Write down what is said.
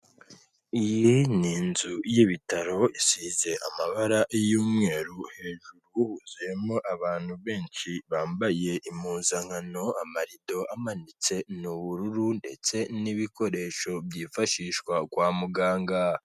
Iyi ni inzu y'ibitaro isize amabara y'umweru, hejuru huzuyemo abantu benshi bambaye impuzankano, amarido amanitse ni ubururu ndetse n'ibikoresho byifashishwa kwa muganga.